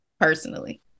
personally